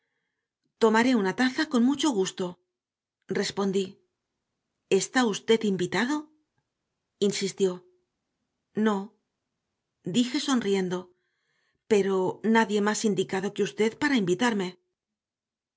tomaré una taza con mucho gusto respondí está usted invitado insistió no dije sonriendo pero nadie más indicado que usted para invitarme